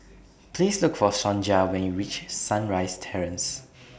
Please Look For Sonja when YOU REACH Sunrise Terrace